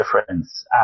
difference